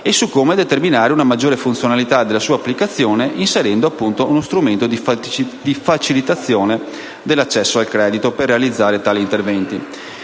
e su come determinare una maggiore funzionalità della sua applicazione inserendo uno strumento di facilitazione dell'accesso al credito per realizzare tali interventi.